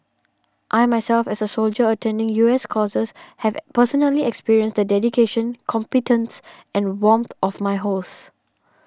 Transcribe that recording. I myself as a soldier attending U S courses have personally experienced the dedication competence and warmth of my hosts